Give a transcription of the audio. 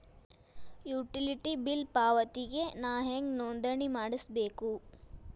Utility bill ಪಾವತಿಗೆ ನಾ ಹೆಂಗ್ ನೋಂದಣಿ ಮಾಡ್ಸಬೇಕು?